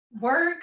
work